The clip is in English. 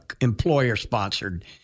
employer-sponsored